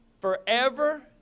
forever